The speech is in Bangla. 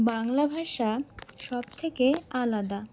বাংলা ভাষা সবথেকে আলাদা